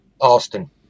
Austin